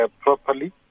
properly